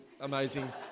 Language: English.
amazing